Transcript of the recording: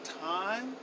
time